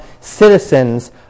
citizens